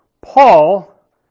Paul